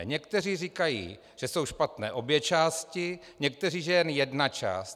Někteří říkají, že jsou špatné obě části, někteří, že jen jedna část.